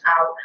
out